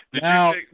Now